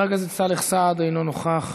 חבר הכנסת סאלח סעד, אינו נוכח,